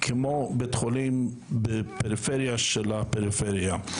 כמו בבית חולים בפריפריה של הפריפריה.